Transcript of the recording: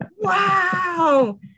wow